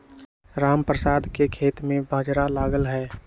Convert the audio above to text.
रामप्रसाद के खेत में बाजरा लगल हई